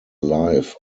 life